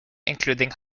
including